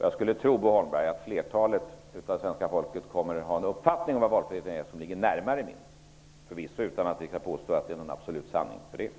Jag skulle tro, Bo Holmberg, att flertalet av svenska folket har en uppfattning om vad valfrihet innebär som ligger närmare min, utan att jag kan påstå att det är någon absolut sanning.